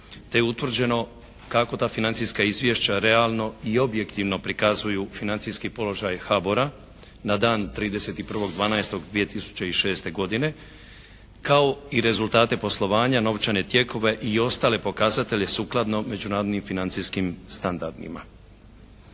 te je utvrđeno kako ta financijska izvješća realno i objektivno prikazuju financijski položaj HBOR-a na dan 31.12.2006. godine kao i rezultate poslovanja, novčane tijekove i ostale pokazatelje sukladno međunarodnim financijskim standardima.